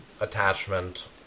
attachment